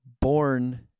born